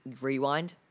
rewind